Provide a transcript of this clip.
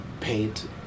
paint